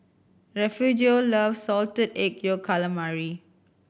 Refugio loves Salted Egg Yolk Calamari